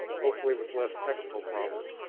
hopefully with less technical problems,